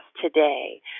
today